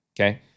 Okay